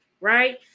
Right